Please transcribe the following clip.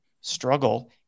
struggle